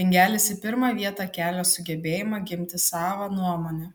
bingelis į pirmą vietą kelia sugebėjimą ginti savą nuomonę